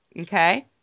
Okay